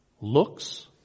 looks